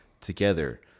together